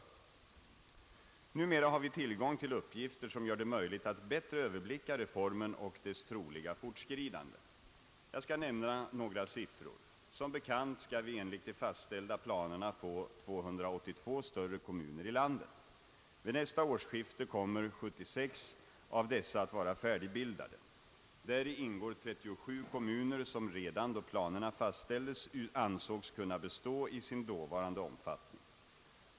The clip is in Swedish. Numera har vi tillgång till uppgifter som gör det möjligt att bättre överblicka reformen och dess troliga fortskridande. Jag skall nämna några siffror. Som bekant skall vi enligt de fastställda planerna få 282 större kommuner i landet. Vid nästa årsskifte kommer 76 av dessa adt vara färdigbildade. Däri ingår 37 kommuner som redan då planerna fastställdes ansågs kunna bestå i sin dåvarande omfattning.